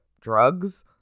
drugs